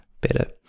better